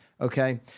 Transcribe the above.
okay